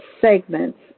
segments